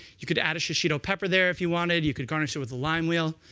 you could add a shishito pepper there if you wanted. you could garnish it with a lime wheel.